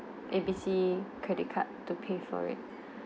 A B C credit card to pay for it